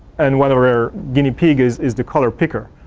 and one of our guinea pigs is the color picker.